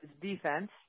defense